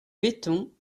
béton